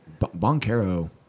Boncaro